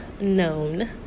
known